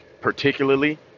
particularly